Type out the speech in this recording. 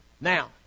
Now